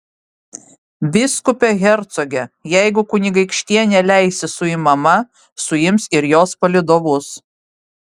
vyskupe hercoge jeigu kunigaikštienė leisis suimama suims ir jos palydovus